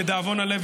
לדאבון הלב,